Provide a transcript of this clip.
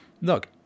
look